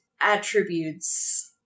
attributes